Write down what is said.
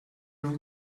will